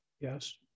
Yes